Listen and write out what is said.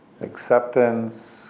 acceptance